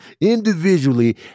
individually